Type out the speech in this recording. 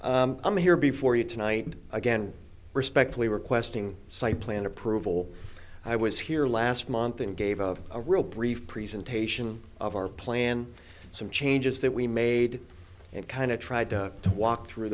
correct i'm here before you tonight and again respectfully requesting site plan approval i was here last month and gave a real brief presentation of our plan some changes that we made and kind of tried to walk through